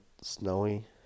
snowy